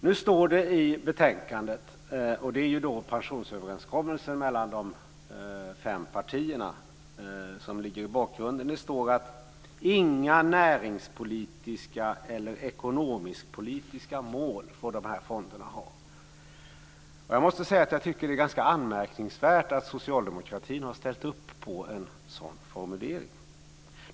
Det står i betänkandet - och i bakgrunden ligger pensionsöverenskommelsen mellan de fem partierna - att fonderna inte får ha några näringspolitiska eller ekonomisk-politiska mål. Jag måste säga att jag tycker att det är ganska anmärkningsvärt att socialdemokratin har ställt upp på en sådan formulering.